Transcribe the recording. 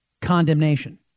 condemnation